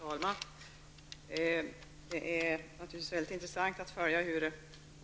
Herr talman! Det är naturligtvis intressant att följa hur